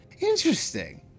Interesting